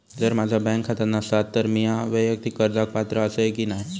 जर माझा बँक खाता नसात तर मीया वैयक्तिक कर्जाक पात्र आसय की नाय?